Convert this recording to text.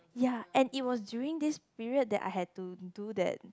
ya and it was during this period that I had to do that